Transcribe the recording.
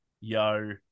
yo